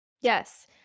Yes